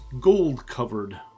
gold-covered